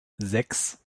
sechs